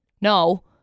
No